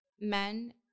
men